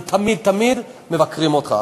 כי תמיד תמיד מבקרים אותך.